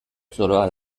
zoroa